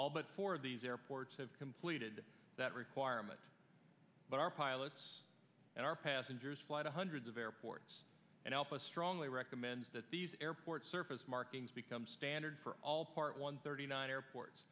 all but four of these airports have completed that requirement but our pilots and our passengers fly to hundreds of airports and help us strongly recommend that these airports surface markings become standard for all part one thirty nine airports